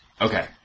Okay